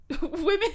women